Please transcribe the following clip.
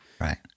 Right